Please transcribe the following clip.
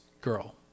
girl